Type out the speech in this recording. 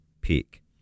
peak